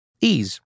Ease